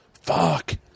fuck